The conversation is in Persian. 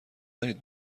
دارید